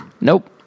Nope